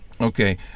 Okay